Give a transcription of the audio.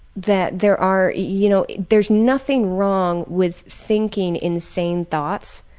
that there are, you know there's nothing wrong with thinking insane thoughts,